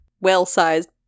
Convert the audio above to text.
well-sized